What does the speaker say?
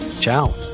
ciao